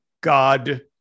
god